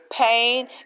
Pain